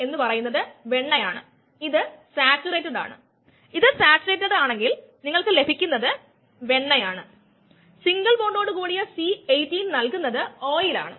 അതിനാൽ നമുക്ക് ഇത് എഴുതാം ഇടത് വശം അതേപോലെ തന്നെ നിൽക്കുന്നു വലതുവശത്ത് നമ്മൾ enzyme substrate complex concentration common out എടുത്താൽ k 2 k 3 ഇവിടെ നിന്ന് k 1 S enzyme substrate complex out ആയി അതിനാൽ ഇവിടെ k1 S 1 ആണ്